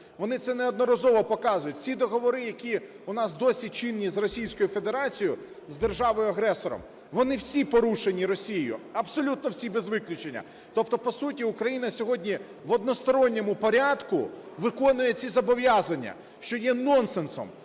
вони це неодноразово показують. Всі договори, які у нас досі чинні з Російською Федерацією, з державою-агресором, вони всі порушені Росією, абсолютно всі без виключення. Тобто по суті, Україна сьогодні в односторонньому порядку виконує ці зобов'язання, що є нонсенсом,